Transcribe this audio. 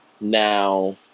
Now